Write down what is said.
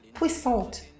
puissante